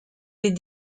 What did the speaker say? les